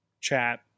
chat